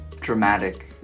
dramatic